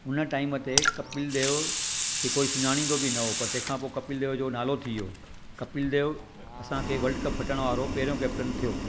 हुन टाइम ते कपिल देव खे कोई सुञाणंदो बि न उहो पर तंहिं खां पोइ कपिल देव जो नालो थी वियो कपिल देव असांखे वर्ल्ड कप खटण वारो पहिरिंयो कैप्टन थियो